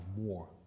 more